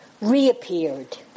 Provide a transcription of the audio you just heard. reappeared